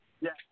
Yes